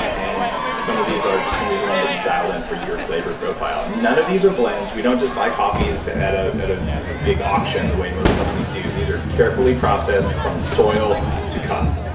and some of these are just going to be the one that you dial in for your flavor profile. none of these are blends. we don't just buy coffees at a you know big auction the way most companies do. these are carefully processed from soil to cup,